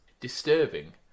disturbing